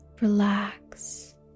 Relax